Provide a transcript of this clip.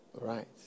right